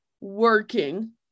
working